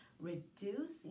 reduce